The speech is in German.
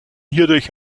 hierdurch